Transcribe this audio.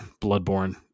Bloodborne